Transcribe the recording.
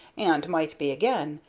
and might be again.